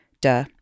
Duh